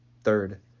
Third